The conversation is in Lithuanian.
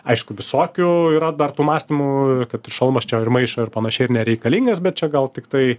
aišku visokių yra dar tų mąstymų kad šalmas čia ir maišo ir panašiai ir nereikalingas bet čia gal tiktai